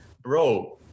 bro